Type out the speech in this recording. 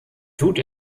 tut